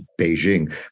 Beijing